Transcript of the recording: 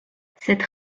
cette